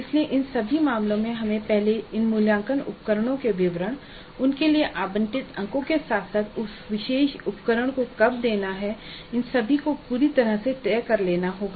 इसलिए इन सभी मामलों में हमें पहले इन मूल्यांकन उपकरणों के विवरण और उनके लिए आवंटित अंकों के साथ साथ उस विशेष उपकरण को कब देना है इन सभी को पूरी तरह से तय कर लेना होगा